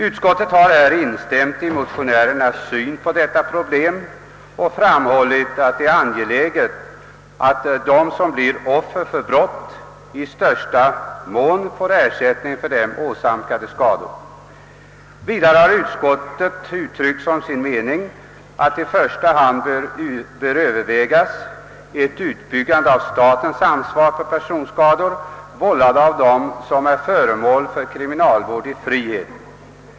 Utskottet har instämt i motionärernas syn på detta problem och framhållit att det är angeläget att de som blir offer för brott »i största möjliga mån får gottgörelse för dem åsamkade skador». Vidare har utskottet uttryckt som sin mening att i första hand bör övervägas ett utbyggande av statens ansvar för personskador, vållade av dem som är föremål för kriminalvård i frihet.